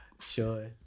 Sure